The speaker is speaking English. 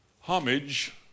homage